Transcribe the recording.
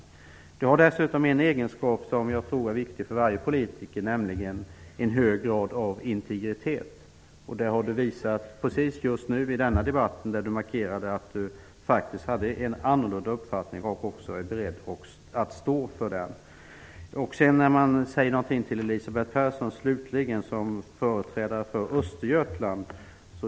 Elisabeth Persson har dessutom en egenskap som jag tror är viktig för varje politiker, nämligen en hög grad av integritet. Det har hon visat i denna debatt, när hon markerade att hon har en annorlunda uppfattning och att hon också är beredd att stå för den. Elisabeth Persson är ju företrädare för Östergötland.